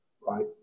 Right